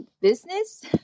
business